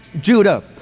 Judah